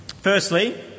Firstly